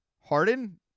Harden